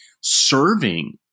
serving